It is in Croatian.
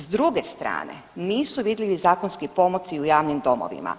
S druge strane, nisu vidljivi zakonski pomaci u javnim domovima.